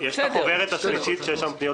בחוברת השלישית יש פניות